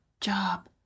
job